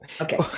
Okay